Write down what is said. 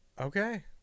Okay